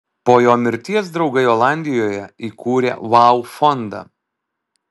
po jo mirties draugai olandijoje įkūrė vau fondą